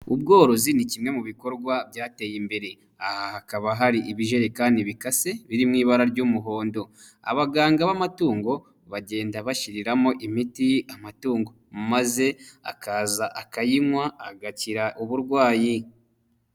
Ubworozi ni kimwe mu bikorwa byateye imbere, aha hakaba hari ibijerekani bikase biri mu ibara ry'umuhondo, abaganga b'amatungo bagenda bashyiriramo imiti amatungo maze akaza akayinywa agakira uburwayi.